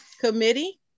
committee